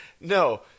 No